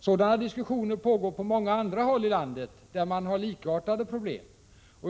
Sådana diskussioner pågår på många andra håll i landet där man har likartade problem.